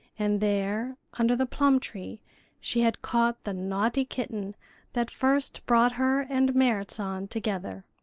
and there under the plum-tree she had caught the naughty kitten that first brought her and merrit san together.